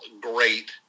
great